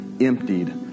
emptied